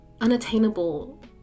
unattainable